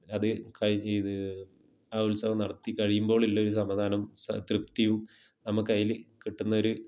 അത് കഴിഞ്ഞ് ഇത് ആ ഉത്സവം നടത്തി കഴിയുമ്പോലുള്ളൊരു സമാധാനം തൃപ്തിയും നമുക്ക് അതിൽ കിട്ടുന്ന ഒരു